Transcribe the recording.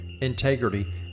integrity